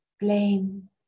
blame